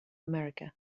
america